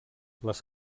les